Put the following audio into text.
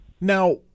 Now